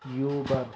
Uber